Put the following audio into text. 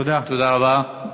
תודה רבה.